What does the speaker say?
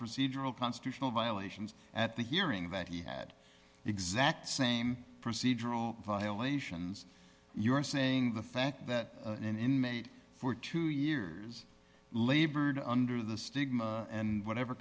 procedural constitutional violations at the hearing that he had the exact same procedural violations you are saying the fact that an inmate for two years labored under the stigma and whatever